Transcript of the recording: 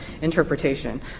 interpretation